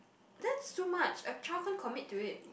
that's too much a child can't commit to it